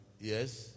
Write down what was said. Yes